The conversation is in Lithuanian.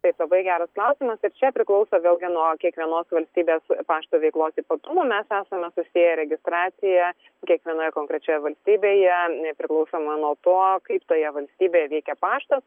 taip labai geras klausimas ir čia priklauso vėlgi nuo kiekvienos valstybės pašto veiklos ypatumų mes esame susieję registraciją kiekvienoje konkrečioje valstybėje priklausomai nuo to kaip toje valstybėje veikia paštas